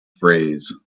phrase